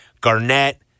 Garnett